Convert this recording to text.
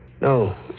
No